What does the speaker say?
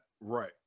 Right